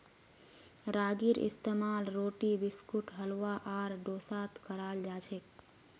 रागीर इस्तेमाल रोटी बिस्कुट हलवा आर डोसात कराल जाछेक